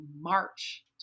March